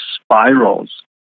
spirals